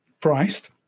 priced